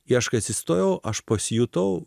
ieškai atsistojau aš pasijutau